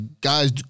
guys